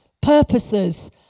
purposes